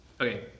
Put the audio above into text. Okay